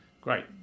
Great